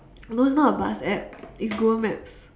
no it's not a bus app it's google maps